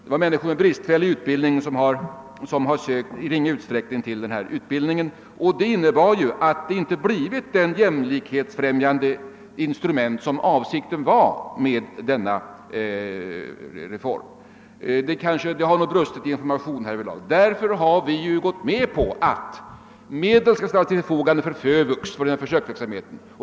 Personer med bristfällig utbildning har emellertid endast i ringa utsträckning sökt till denna utbildning. Det innebär att reformen inte har blivit det jämlikhetsfrämjande instrument som avsikten Det har nog brustit i information härvidlag. Därför har vi gått med på att medel ställs till förfogande för FÖVUX för en försöksverksamhet.